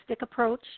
approach